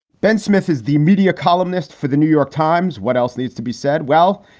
ben smith is the media columnist for the new york times. what else needs to be said? well,